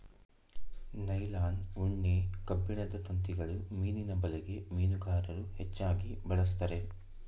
nylon, ಉಣ್ಣೆ, ಕಬ್ಬಿಣದ ತಂತಿಗಳು ಮೀನಿನ ಬಲೆಗೆ ಮೀನುಗಾರರು ಹೆಚ್ಚಾಗಿ ಬಳಸ್ತರೆ